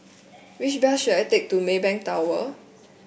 which bus should I take to Maybank Tower